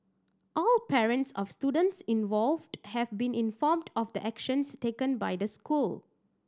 all parents of students involved have been informed of the actions taken by the school